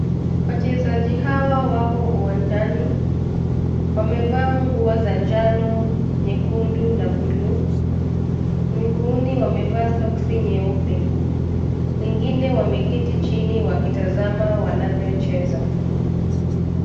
Wachezaji hawa wako uwanjani, wamevaa nguo za njano, nyekundu na buluu, miguuni wamevaa sokisi nyeupe. Wengine wameketi chini wakitazama wanavyocheza.